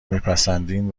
میپسندین